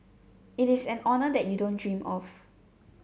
it's an honour that you don't dream of